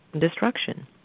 destruction